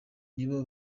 nibo